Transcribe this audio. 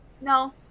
No